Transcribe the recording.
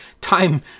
time